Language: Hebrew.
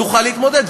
תוכל להתמודד.